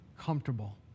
comfortable